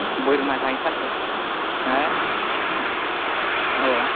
बोरमा जाहैथारनोसै हो